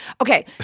Okay